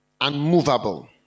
unmovable